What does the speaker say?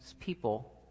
people